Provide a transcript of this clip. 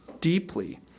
deeply